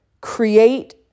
create